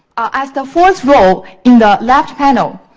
as the fourth row in the left panel,